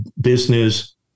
business